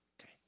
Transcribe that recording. Okay